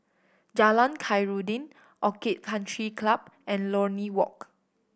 Jalan Khairuddin Orchid Country Club and Lornie Walk